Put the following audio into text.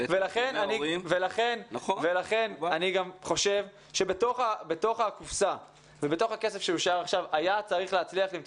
לכן אני חושב שבתוך הקופסה ובתוך הכסף שאושר עכשיו היה צריך להצליח למצוא